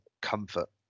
comfort